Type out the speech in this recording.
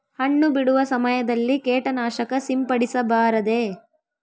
ಹಣ್ಣು ಬಿಡುವ ಸಮಯದಲ್ಲಿ ಕೇಟನಾಶಕ ಸಿಂಪಡಿಸಬಾರದೆ?